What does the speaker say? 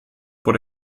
por